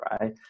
right